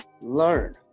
learn